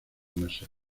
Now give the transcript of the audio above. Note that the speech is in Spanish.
meses